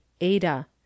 Ada